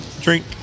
Drink